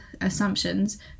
assumptions